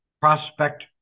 prospect